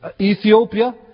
Ethiopia